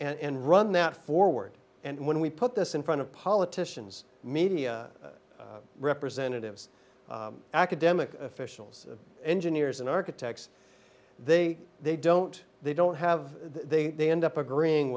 and run that forward and when we put this in front of politicians media representatives academic officials engineers and architects they they don't they don't have they they end up agreeing